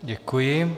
Děkuji.